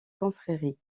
confrérie